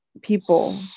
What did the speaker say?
people